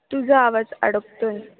तुझा आवाज अडकतो आहे